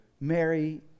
Mary